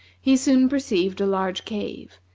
he soon perceived a large cave,